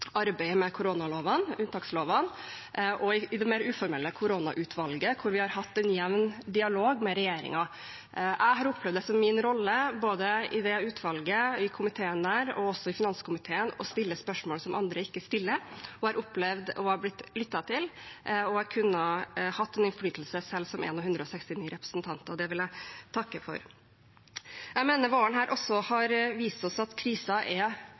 arbeidet med koronalovene, unntakslovene, og i det mer uformelle koronautvalget, hvor vi har hatt en jevn dialog med regjeringen. Jeg har opplevd det som min rolle både i det utvalget, i komiteen og også i finanskomiteen å stille spørsmål som andre ikke stiller, og jeg har opplevd å ha blitt lyttet til og å kunne ha en innflytelse selv som 1 representant av 169. Det vil jeg takke for. Jeg mener våren her også har vist oss at krisen er